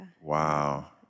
wow